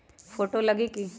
Photo लगी कि?